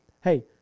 Hey